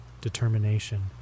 determination